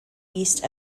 east